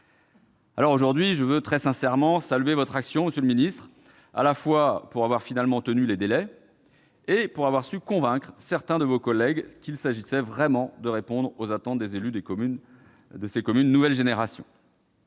Alors, aujourd'hui, je veux très sincèrement saluer votre action, monsieur le ministre, à la fois pour avoir finalement tenu les délais et pour avoir su convaincre certains de vos collègues qu'il s'agissait vraiment de répondre aux attentes des élus de ces communes de nouvelle génération.